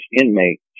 inmate